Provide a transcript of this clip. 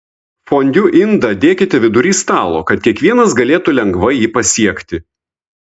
fondiu indą dėkite vidury stalo kad kiekvienas galėtų lengvai jį pasiekti